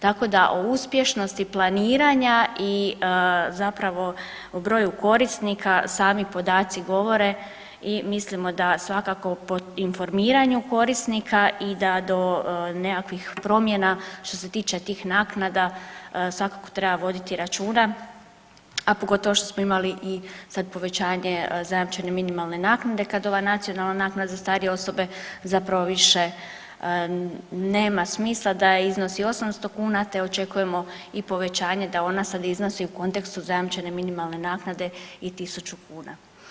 Tako da o uspješnosti planiranja i zapravo o broju korisnika sami podaci govore i mislimo da svakako po informiranju korisnika i da do nekakvih promjena što se tiče tih naknada svakako treba voditi računa, a pogotovo što smo imali i sad povećanje zajamčene minimalne naknade kad ova nacionalna naknada za starije osobe zapravo više nema smisla da je iznos i 800 kuna te očekujemo i povećanje da ona sad iznosi u kontekstu zajamčene minimalne naknade i 1.000 kuna.